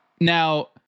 Now